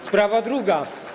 Sprawa druga.